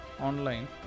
online